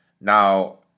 Now